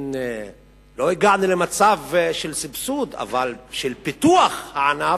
לא הגענו למצב של סבסוד, אבל של פיתוח הענף,